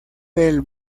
del